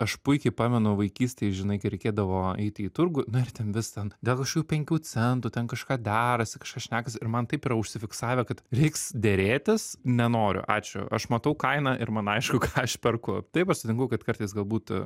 aš puikiai pamenu vaikystėj žinai kai reikėdavo eiti į turgų nu ir ten vis ten dėl kažkokių penkių centų ten kažką derasi kažką šnekasi ir man taip yra užsifiksavę kad reiks derėtis nenoriu ačiū aš matau kainą ir man aišku ką aš perku taip aš sutinku kad kartais galbūt